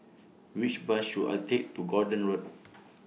Which Bus should I Take to Gordon Road